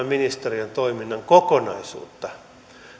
ministeriön toiminnan kokonaisuutta